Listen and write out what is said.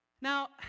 Now